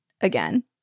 again